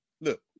look